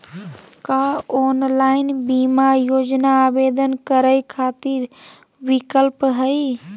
का ऑनलाइन बीमा योजना आवेदन करै खातिर विक्लप हई?